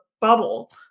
bubble